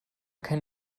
kein